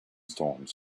storms